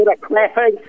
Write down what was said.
clapping